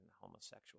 homosexual